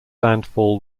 landfall